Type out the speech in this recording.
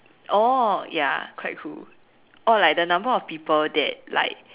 oh ya quite cool or like the number of people that like